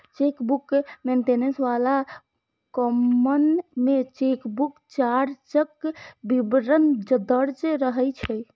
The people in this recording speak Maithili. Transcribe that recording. चेकबुक मेंटेनेंस बला कॉलम मे चेकबुक चार्जक विवरण दर्ज रहै छै